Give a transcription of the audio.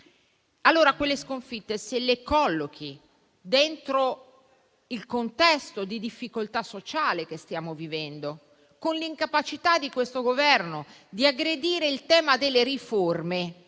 Allora quelle sconfitte, se le collochi dentro il contesto di difficoltà sociale che stiamo vivendo, con l'incapacità di questo Governo di aggredire il tema delle riforme